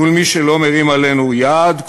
מול מי שלא מרים עלינו יד,